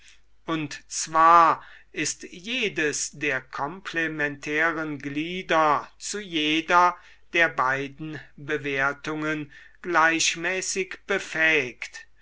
und zwar ist jedes der komplementären glieder zu jeder der beiden bewertungen gleichmäßig befähigt